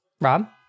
rob